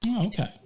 Okay